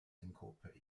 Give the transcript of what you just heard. incorporate